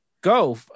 go